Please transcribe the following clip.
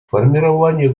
формирование